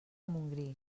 montgrí